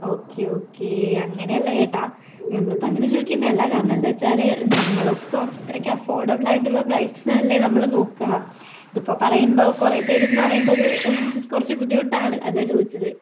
okay okay അങ്ങനെയല്ല ചേട്ടാ നമ്മളിപ്പം അങ്ങനെ ചോദിക്കുന്നയല്ല കാരണം എന്താച്ചാല് നമ്മൾക്കും അത്രക്കും അഫോർഡബിൾ ആയിട്ടുള്ള പ്രൈസിനല്ലേ നമ്മള് നോക്കുക ഇതിപ്പോൾ പറയുമ്പോൾ കുറെ പേരെന്ന് പറയുമ്പോൾ ഇത് കുറച്ചു ബുദ്ധിമുട്ടാണ് അതാ ചോദിച്ചത്